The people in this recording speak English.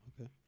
Okay